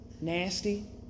Nasty